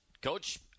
Coach